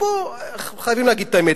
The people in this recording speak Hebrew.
ופה חייבים להגיד את האמת,